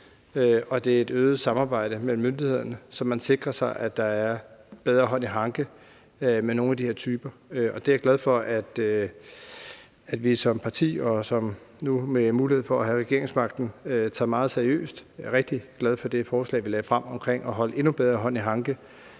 det er et øget samarbejde mellem myndighederne, så man sikrer sig, at der er bedre hånd i hanke med nogle af de her typer. Og jeg er glad for, at vi som parti og nu med regeringsmagten tager det meget seriøst. Jeg er rigtig glad for det forslag, vi lagde frem om at holde endnu bedre hånd i hanke